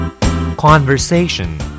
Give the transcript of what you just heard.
Conversation